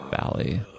Valley